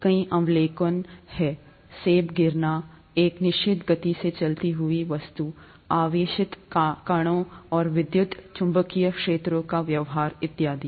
कई अवलोकन है सेब गिरने एक निश्चित गति से चलती हुई वस्तु आवेशित कणों और विद्युत चुम्बकीय क्षेत्रों का व्यवहार इत्यादि